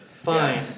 Fine